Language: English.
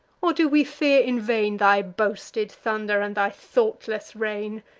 or do we fear in vain thy boasted thunder, and thy thoughtless reign?